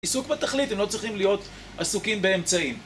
עיסוק בתכלית הם לא צריכים להיות עסוקים באמצעים